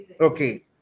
Okay